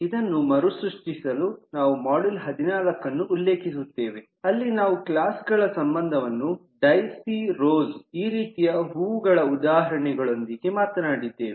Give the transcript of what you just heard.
ಇದನ್ನು ಮರುಸೃಷ್ಟಿಸಲು ನಾವು ಮಾಡ್ಯೂಲ್ 14ನ್ನು ಉಲ್ಲೇಖಿಸುತ್ತೇವೆ ಅಲ್ಲಿ ನಾವು ಕ್ಲಾಸ್ ಗಳ ಸಂಬಂಧವನ್ನು ಡೈಸಿ ರೋಜ್ ಈ ರೀತಿಯ ಹೂವುಗಳ ಉದಾಹರಣೆಗಳೊಂದಿಗೆ ಮಾತನಾಡಿದ್ದೇವೆ